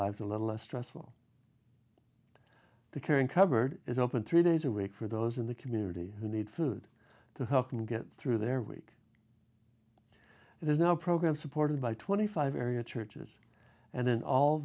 lives a little less stressful the current cupboard is open three days a week for those in the community who need food to help them get through their week there's no program supported by twenty five area churches and then all